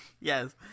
Yes